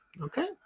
Okay